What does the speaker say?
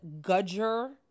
Gudger